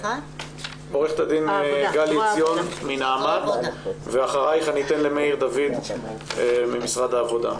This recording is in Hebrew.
עורכת הדין גלי עציון מנעמ"ת ואחרייך אני אתן למאיר דוד ממשרד העבודה.